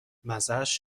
مزهاش